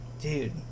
dude